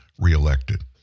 reelected